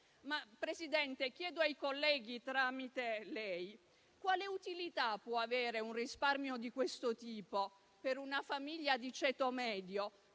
Presidente, chiedo ai colleghi, tramite lei, quale utilità può avere un risparmio di questo tipo per una famiglia di ceto medio,